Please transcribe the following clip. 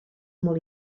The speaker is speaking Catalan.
molt